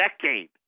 decade